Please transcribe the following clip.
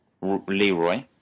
Leroy